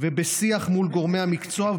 ובשיח מול גורמי המקצוע,